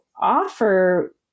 offer